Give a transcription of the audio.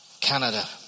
Canada